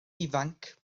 ifanc